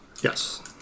Yes